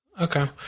Okay